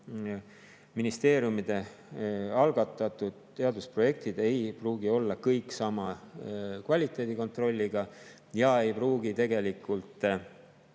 ministeeriumide algatatud teadusprojektid, ei pruugi olla kõik sama kvaliteedikontrolliga ja need ei pruugi tegelikult